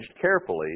carefully